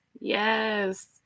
Yes